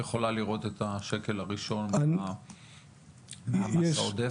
יכולה לראות את השקל הראשון מהמס העודף?